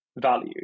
value